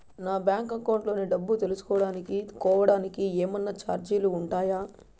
నా bank account లోని డబ్బు తెలుసుకోవడానికి కోవడానికి ఏమన్నా చార్జీలు ఉంటాయా?